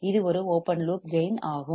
இது ஒரு open loop gain ஆகும்